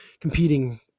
competing